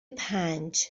پنج